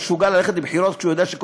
הוא משוגע ללכת לבחירות כשהוא יודע שכל